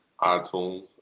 iTunes